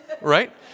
right